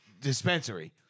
dispensary